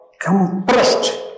compressed